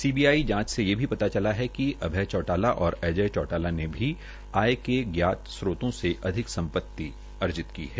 CBI जांच से ये भी पता चलता कि अभय चौटाला और अजय चौटाला ने भी आय के स्त्रोतों से अधिक संपति अर्जित की है